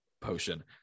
potion